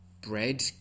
Bread